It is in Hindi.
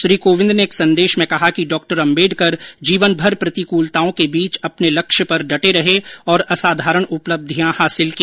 श्री कोविंद ने एक संदेश में कहा कि डॉ अम्बेडकर जीवनभर प्रतिकृलताओं के बीच अपने लक्ष्य पर डटे रहे और असाधारण उपलब्धियां हासिल की